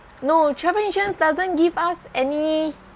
no travel insurance doesn't give us any